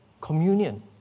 communion